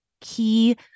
key